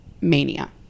mania